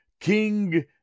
King